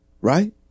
Right